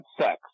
sex